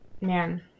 man